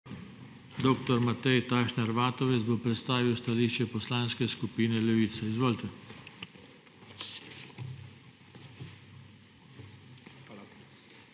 Dr. Matej Tašner Vatovec bo predstavil stališče Poslanske skupine Levica. Izvolite.